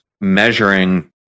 measuring